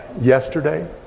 yesterday